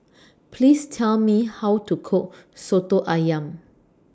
Please Tell Me How to Cook Soto Ayam